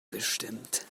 bestimmt